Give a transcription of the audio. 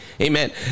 Amen